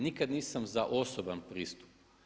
Nikad nisam za osoban pristup.